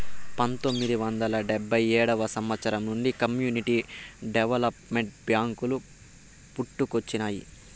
పంతొమ్మిది వందల డెబ్భై ఏడవ సంవచ్చరం నుండి కమ్యూనిటీ డెవలప్మెంట్ బ్యేంకులు పుట్టుకొచ్చినాయి